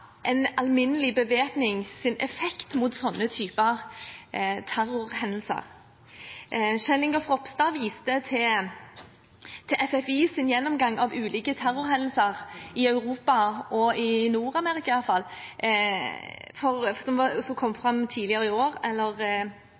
en alminnelig bevæpnings effekt mot sånne typer terrorhendelser. Kjell Ingolf Ropstad viste til FFIs gjennomgang tidligere i år av ulike terrorhendelser i Europa og i Nord-Amerika, jeg tror den var